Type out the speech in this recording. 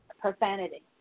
profanity